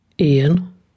Ian